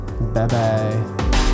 Bye-bye